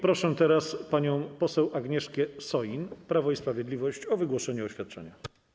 Proszę teraz panią poseł Agnieszkę Soin, Prawo i Sprawiedliwość, o wygłoszenie oświadczenia.